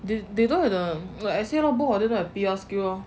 they don't have the like I say lor both of them don't have P_R skill lor